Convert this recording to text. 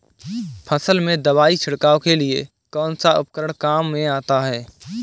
फसल में दवाई छिड़काव के लिए कौनसा उपकरण काम में आता है?